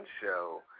show